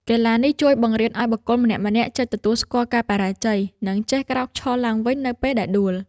កីឡានេះជួយបង្រៀនឱ្យបុគ្គលម្នាក់ៗចេះទទួលស្គាល់ការបរាជ័យ និងចេះក្រោកឈរឡើងវិញនៅពេលដែលដួល។